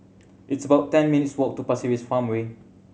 it's about ten minutes' walk to Pasir Ris Farmway